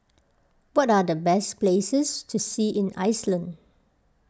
what are the best places to see in Iceland